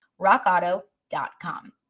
rockauto.com